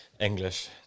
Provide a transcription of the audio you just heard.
English